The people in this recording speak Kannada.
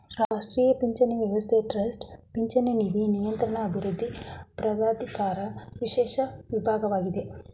ರಾಷ್ಟ್ರೀಯ ಪಿಂಚಣಿ ವ್ಯವಸ್ಥೆಯ ಟ್ರಸ್ಟ್ ಪಿಂಚಣಿ ನಿಧಿ ನಿಯಂತ್ರಣ ಅಭಿವೃದ್ಧಿ ಪ್ರಾಧಿಕಾರ ವಿಶೇಷ ವಿಭಾಗವಾಗಿದೆ